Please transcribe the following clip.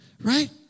right